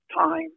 time